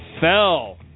Fell